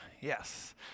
Yes